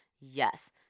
Yes